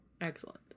Excellent